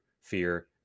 fear